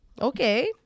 Okay